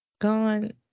gone